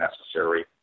necessary